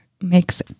makes